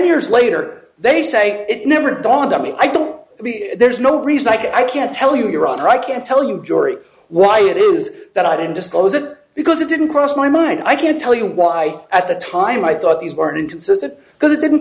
years later they say it never dawned on me i don't there's no reason i can't tell you your honor i can't tell you the jury why it is that i didn't disclose it because it didn't cross my mind i can't tell you why at the time i thought these weren't interested because it didn't